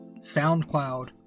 SoundCloud